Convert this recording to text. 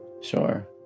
sure